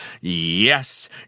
yes